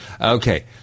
Okay